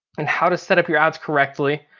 and how to set up your ads correctly.